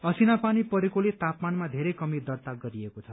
असिना पानी परेकोले तापमानमा बेरै कमी दर्ता गरिएको छ